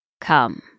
Come